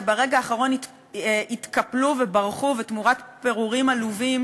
שברגע האחרון התקפלו וברחו ותמורת פירורים עלובים